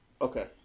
Okay